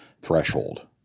threshold